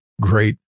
great